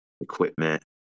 equipment